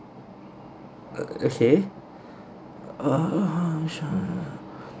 err okay